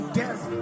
death